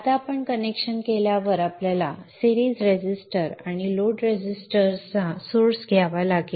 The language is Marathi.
आता आपण कनेक्शन केल्यावर आपल्याला सिरीज रेफर टाईम 0404 रेझिस्टर आणि लोड रेझिस्टर चा सोर्स घ्यावा लागेल